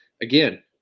again